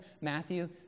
Matthew